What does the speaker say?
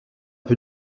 peu